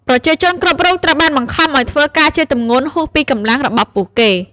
ប្រជាជនគ្រប់រូបត្រូវបានបង្ខំឱ្យធ្វើការជាទម្ងន់ហួសពីកម្លាំងរបស់ពួកគេ។